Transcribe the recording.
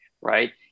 Right